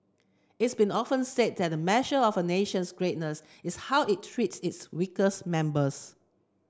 it's been often said that a measure of a nation's greatness is how it treats its weakest members